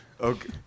Okay